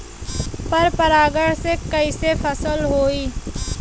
पर परागण से कईसे फसल होई?